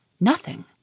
Nothing